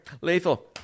Lethal